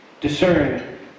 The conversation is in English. discern